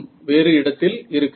வேறு இடத்தில் இருக்காது